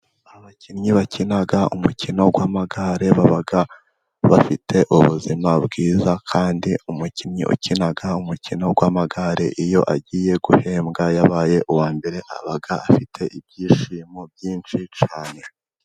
Abakinnyi bakina umukino w'amagare baba bafite ubuzima bwiza, kandi umukinnyi ukina umukino w'amagare iyo agiye guhembwa yabaye uwa mbere, aba afite ibyishimo byinshi cyane.